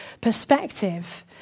perspective